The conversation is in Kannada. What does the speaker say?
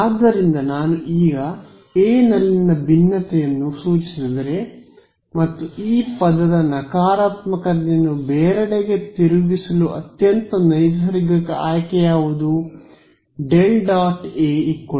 ಆದ್ದರಿಂದ ನಾನು ಈಗ A ನಲ್ಲಿನ ಭಿನ್ನತೆಯನ್ನು ಸೂಚಿಸಿದರೆ ಮತ್ತು ಈ ಪದದ ನಕಾರಾತ್ಮಕತೆಯನ್ನು ಬೇರೆಡೆಗೆ ತಿರುಗಿಸಲು ಅತ್ಯಂತ ನೈಸರ್ಗಿಕ ಆಯ್ಕೆ ಯಾವುದು ∇